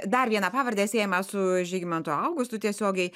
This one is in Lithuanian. dar vieną pavardę siejamą su žygimantu augustu tiesiogiai